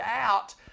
out